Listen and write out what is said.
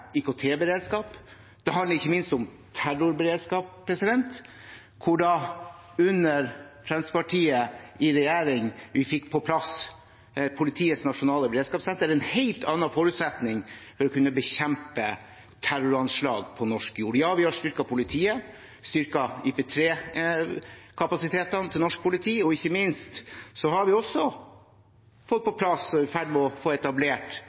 det handler ikke minst om terrorberedskap, hvor vi under Fremskrittspartiet i regjering fikk på plass politiets nasjonale beredskapssenter. Det gir en helt annen forutsetning for å kunne bekjempe terroranslag på norsk jord. Ja, vi har styrket politiet, vi har styrket IP3-kapasitetene til norsk politi, og ikke minst har vi også fått på plass og er i ferd med å få etablert